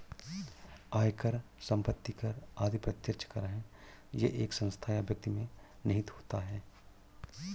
आयकर, संपत्ति कर आदि प्रत्यक्ष कर है यह एक संस्था या व्यक्ति में निहित होता है